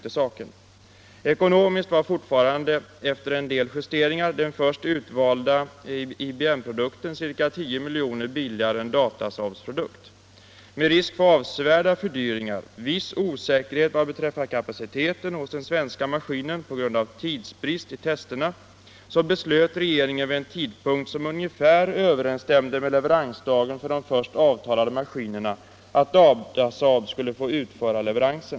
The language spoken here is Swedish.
Ekonomiskt var fortfarande efter en del justeringar den först utvalda IBM-produkten ca 10 milj.kr. billigare än Datasaabs produkt. Med risk för avsevärda fördyringar, viss osäkerhet vad beträffar kapaciteten hos den svenska maskinen på grund av tidsbrist i testerna beslöt regeringen Nr 44 vid en tidpunkt som ungefär överensstämde med leveransdagen för de Fredagen den först avtalade maskinerna att Datasaab skulle få utföra leveransen.